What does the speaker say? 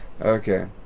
Okay